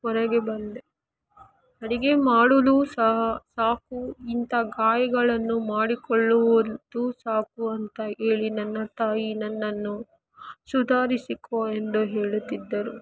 ಹೊರಗೆ ಬಂದೆ ಅಡಿಗೆ ಮಾಡಲೂ ಸಹ ಸಾಕು ಇಂಥ ಗಾಯಗಳನ್ನು ಮಾಡಿಕೊಳ್ಳುವುದೂ ಸಾಕು ಅಂತ ಹೇಳಿ ನನ್ನ ತಾಯಿ ನನ್ನನ್ನು ಸುಧಾರಿಸಿಕೊ ಎಂದು ಹೇಳುತ್ತಿದ್ದರು